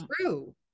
true